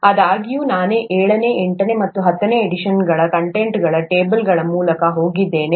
ಆದಾಗ್ಯೂ ನಾನು ಏಳನೇ ಎಂಟನೇ ಮತ್ತು ಹತ್ತನೇ ಎಡಿಷನ್ಗಳ ಕಂಟೆಂಟ್ಗಳ ಟೇಬಲ್ನ ಮೂಲಕ ಹೋಗಿದ್ದೇನೆ